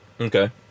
Okay